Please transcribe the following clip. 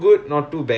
ya